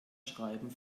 schreiben